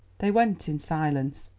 they went in silence,